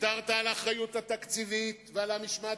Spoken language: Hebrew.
ויתרת על האחריות התקציבית ועל המשמעת